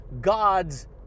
God's